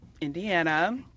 Indiana